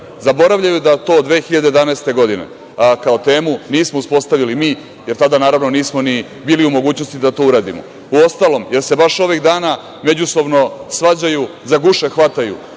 zaboravljaju da to od 2011. godine, kao temu nismo uspostavili mi, jer tada naravno nismo ni bili u mogućnosti da to uradimo. Uostalom, jel se baš ovih dana međusobno svađaju, za guše hvataju